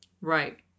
right